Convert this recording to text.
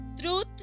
Truth